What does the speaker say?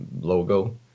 logo